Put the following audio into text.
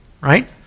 right